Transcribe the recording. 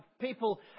people